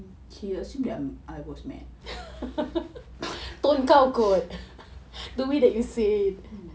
he assumes that I was mad